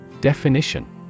Definition